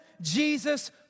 Jesus